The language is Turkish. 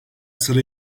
sıra